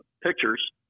pictures